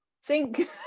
sink